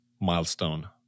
milestone